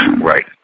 Right